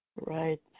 Right